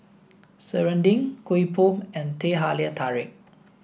Serunding Kuih Bom and Teh Halia Tarik